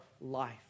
life